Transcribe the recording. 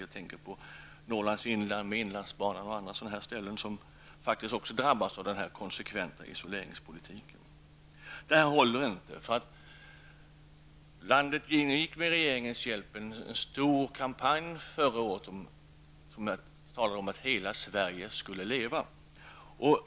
Jag tänker på Norrlands inland med inlandsbanan och andra ställen som faktiskt också drabbas av den konsekventa isoleringspolitiken. Detta håller inte. Landet ingick förra året, med regeringens hjälp, i en stor kampanj om att hela Sverige skulle leva.